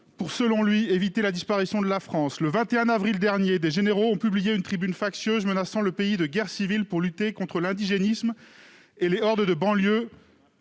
pour « éviter la disparition de la France ». Le 21 avril, des généraux ont publié une tribune factieuse, menaçant le pays de guerre civile pour lutter contre « l'indigénisme » et « les hordes de banlieue